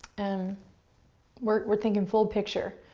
and we're thinking full picture.